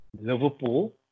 Liverpool